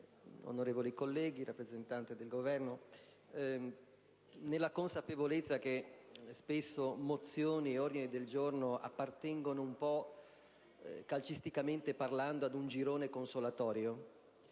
onorevoli colleghi, rappresentante del Governo nella consapevolezza che spesso mozioni e ordini del giorno appartengono un po', calcisticamente parlando, ad un girone consolatorio,